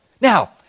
Now